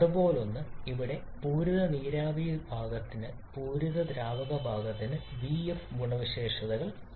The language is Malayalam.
ഇതുപോലൊന്ന് ഇവിടെ പൂരിത നീരാവി ഭാഗത്തിന് പൂരിത ദ്രാവക ഭാഗത്തിന് vf ഗുണവിശേഷതകൾ ഉണ്ട്